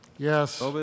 Yes